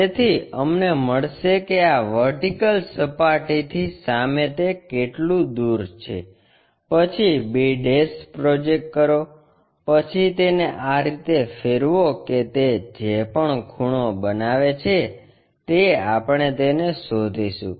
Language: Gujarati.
તેથી અમને મળશે કે આ વર્ટિકલ સપાટીથી સામે તે કેટલું દૂર છે પછી b પ્રોજેક્ટ કરો પછી તેને આ રીતે ફેરવો કે તે જે પણ ખૂણો બનાવે છે તે આપણે તેને શોધીશું